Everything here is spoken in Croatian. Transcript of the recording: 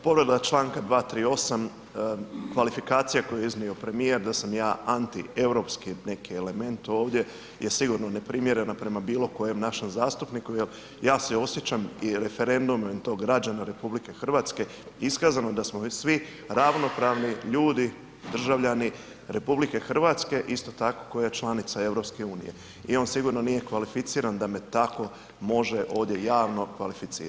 Povreda čl. 238., kvalifikacija koju je iznio premijer da sam ja antieuropski neki element ovdje je sigurno neprimjerena prema bilo kojem našem zastupniku jel ja se osjećam i referendumom je to građana RH iskazano da smo već svi ravnopravni ljudi, državljani RH, isto tako koja je članica EU i on sigurno nije kvalificiran da me tako može ovdje javno kvalificirati.